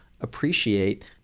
appreciate